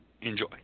Enjoy